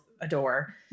adore